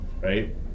right